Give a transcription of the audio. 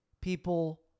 people